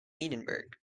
edinburgh